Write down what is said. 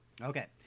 Okay